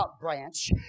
branch